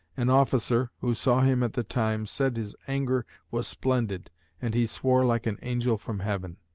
an officer, who saw him at the time, said his anger was splendid and he swore like an angel from heaven.